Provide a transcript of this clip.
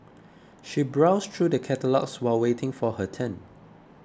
she browsed through the catalogues while waiting for her turn